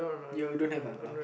you don't have uh